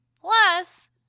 Plus